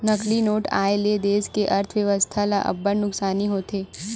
नकली नोट आए ले देस के अर्थबेवस्था ल अब्बड़ नुकसानी होथे